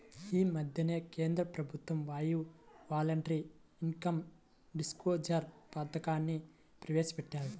యీ మద్దెనే కేంద్ర ప్రభుత్వం వాళ్ళు యీ వాలంటరీ ఇన్కం డిస్క్లోజర్ పథకాన్ని ప్రవేశపెట్టారు